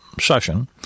session